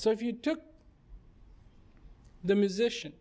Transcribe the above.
so if you took the musician